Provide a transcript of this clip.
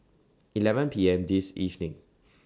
eleven P M This evening